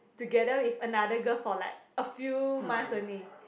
together with another girl for a few months only